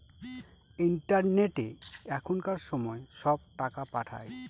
ইন্টারনেটে এখনকার সময় সব টাকা পাঠায়